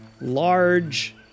large